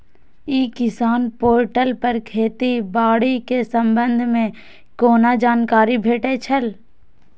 ई किसान पोर्टल पर खेती बाड़ी के संबंध में कोना जानकारी भेटय छल?